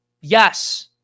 Yes